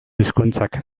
hizkuntzak